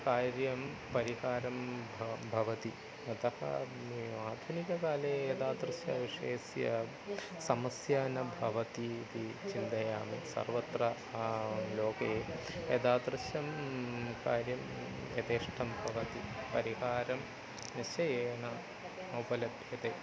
कार्यं परिहारं भा भवति अतः आधुनिककाले एतादृशः विषयस्य समस्या न भवति इति चिन्तयामि सर्वत्र लोके एतादृशं कार्यं यथेष्टं भवति परिहारं निश्चयेन उपलभ्यते